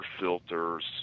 filters